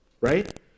right